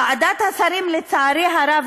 ועדת השרים לחקיקה,